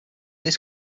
this